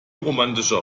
romantischer